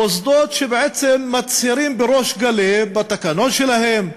מוסדות שבעצם מצהירים בריש גלי, בתקנון שלהם,